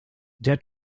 der